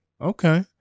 Okay